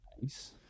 Nice